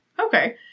Okay